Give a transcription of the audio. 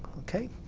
okay?